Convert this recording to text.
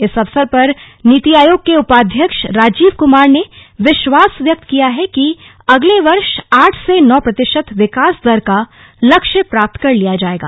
इस अवसर पर नीति आयोग के उपाध्यक्ष राजीव कुमार ने विश्वास व्यक्त किया कि अगले वर्ष आठ से नौ प्रतिशत विकास दर का लक्ष्य प्राप्त कर लिया जायेगा